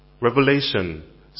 Revelation